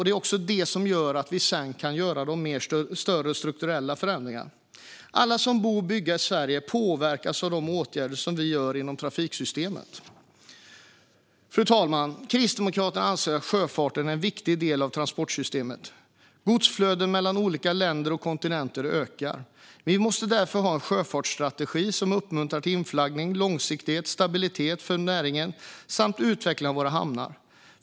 Det är också det som gör att vi sedan kan göra de större strukturella förändringarna. Alla som bor och bygger i Sverige påverkas av de åtgärder som vi vidtar inom trafiksystemet. Fru talman! Kristdemokraterna anser att sjöfarten är en viktig del av transportsystemet. Godsflöden mellan olika länder och kontinenter ökar. Vi måste därför ha en sjöfartsstrategi som uppmuntrar till inflaggning, långsiktighet, stabilitet för näringen samt utveckling av våra hamnar.